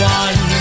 one